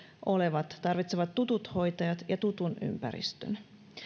olevat tarvitsevat tutut hoitajat ja tutun ympäristön